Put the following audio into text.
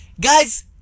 guys